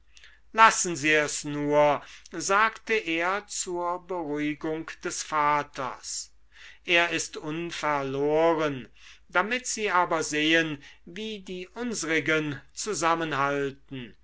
lassen sie es nur sagte er zur beruhigung des vaters er ist unverloren damit sie aber sehen wie wir die unsrigen zusammenhalten